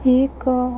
ଏକ